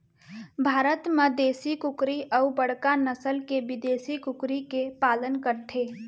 भारत म देसी कुकरी अउ बड़का नसल के बिदेसी कुकरी के पालन करथे